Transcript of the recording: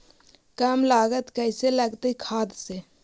कम लागत कैसे लगतय खाद से?